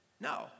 No